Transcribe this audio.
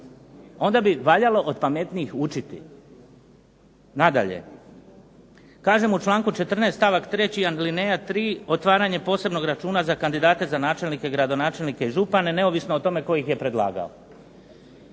onda bi valjalo od pametnijih učiti. Nadalje, kažem u članku 14. stavak 3. alineja 3. otvaranje posebnog računa za kandidate za načelnike, gradonačelnike i župane, neovisno o tome tko ih je predlagao.